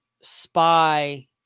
spy